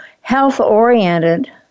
health-oriented